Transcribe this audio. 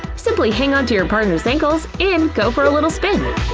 simply hang on to your partner's ankles and go for a little spin!